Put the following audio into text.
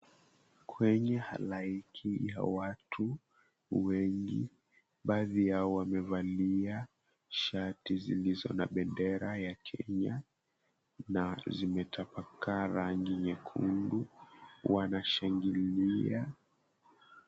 Kwenye halaiki ya watu wengi, baadhi yao wamevalia shati zilizo na bendera ya Kenya na zimetapakaa rangi nyekundu. Wanashangilia.